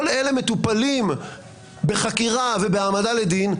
כל אלה מטופלים בחקירה ובהעמדה לדין,